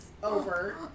over